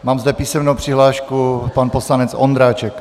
Mám zde písemnou přihlášku, pan poslanec Ondráček.